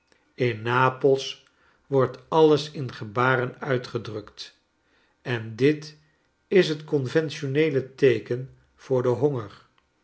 in napels wordt alles in gebaren uitgedrukt en dit is het conventioneele teeken voor den honger